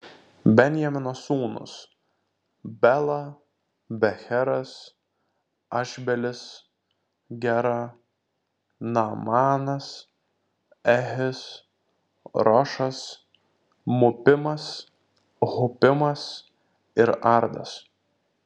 benjamino sūnūs bela becheras ašbelis gera naamanas ehis rošas mupimas hupimas ir ardas